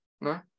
No